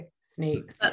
snakes